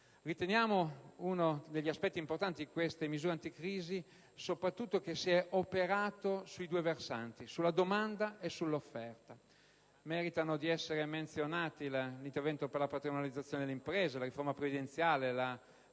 Riteniamo che uno degli effetti importanti queste misure anticrisi sia soprattutto che si è operato sui due versanti: sulla domanda e sull'offerta. Meritano di essere menzionati l'intervento per la patrimonializzazione delle imprese, la riforma previdenziale, la